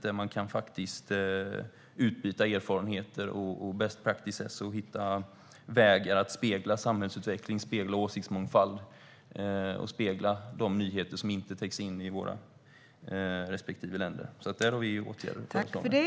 Det går att utbyta erfarenheter och best practices och hitta vägar för att spegla samhällsutveckling, åsiktsmångfald och de nyheter som inte täcks in i våra respektive länder.